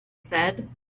said